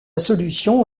solution